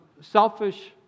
selfish